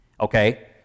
Okay